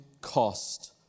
cost